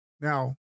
now